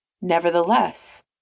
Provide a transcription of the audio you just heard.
Nevertheless